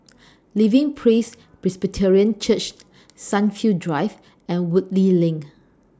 Living Praise Presbyterian Church Sunview Drive and Woodleigh LINK